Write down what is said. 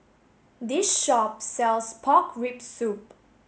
this shop sells pork rib soup